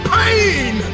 pain